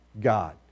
God